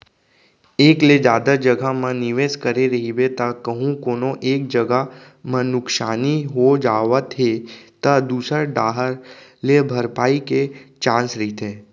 एक ले जादा जघा म निवेस करे रहिबे त कहूँ कोनो एक जगा म नुकसानी हो जावत हे त दूसर डाहर ले भरपाई के चांस रहिथे